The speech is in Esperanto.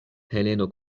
heleno